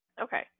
Okay